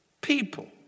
people